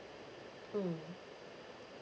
mm